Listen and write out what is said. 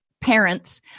parents